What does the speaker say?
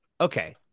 okay